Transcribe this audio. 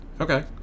Okay